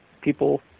people